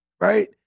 right